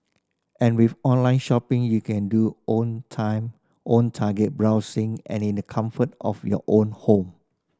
and with online shopping you can do own time own target browsing and in the comfort of your own home